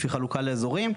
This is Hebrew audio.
לפי חלוקה לאזורים,